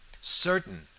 certain